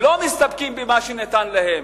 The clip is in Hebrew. הם לא מסתפקים במה שניתן להם.